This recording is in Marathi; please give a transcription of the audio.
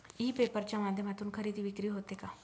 ई पेपर च्या माध्यमातून खरेदी विक्री होते का?